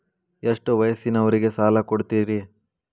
ಎಷ್ಟ ವಯಸ್ಸಿನವರಿಗೆ ಸಾಲ ಕೊಡ್ತಿರಿ?